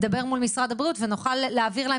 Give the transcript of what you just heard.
דבר מול משרד הבריאות ונוכל להעביר להם